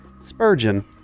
Spurgeon